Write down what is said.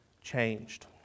changed